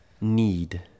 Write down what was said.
need